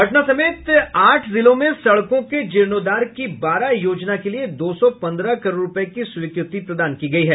पटना समेत आठ जिलों में सड़कों के जीर्णोद्धार की बारह योजना के लिए दो सौ पन्द्रह करोड़ रुपये की स्वीकृति प्रदान की गई है